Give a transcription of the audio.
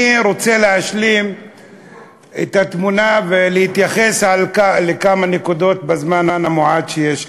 אני רוצה להשלים את התמונה ולהתייחס לכמה נקודות בזמן המועט שיש לי.